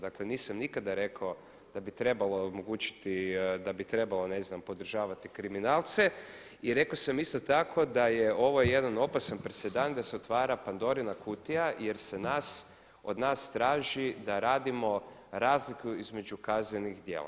Dakle nisam nikada rekao da bi trebalo omogućiti, da bi trebalo ne znam podržavati kriminalce i rekao sam isto tako da je ovo jedan opasan presedan da se otvara Pandorina kutija jer se nas, od nas traži da radimo razliku između kaznenih djela.